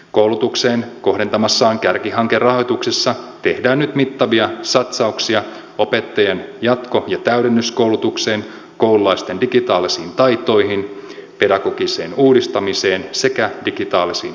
koulutukseen kohdentamassaan kärkihankerahoituksessa tehdään nyt mittavia satsauksia opettajien jatko ja täydennyskoulutukseen koululaisten digitaalisiin taitoihin pedagogiseen uudistamiseen sekä digitaalisiin sovellutuksiin